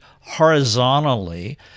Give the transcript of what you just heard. horizontally